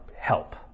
help